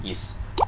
is